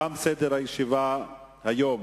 תם סדר הישיבה היום.